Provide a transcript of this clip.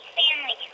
family